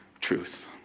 truth